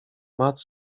matt